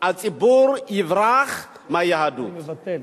הציבור יברח מהיהדות.